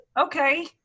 okay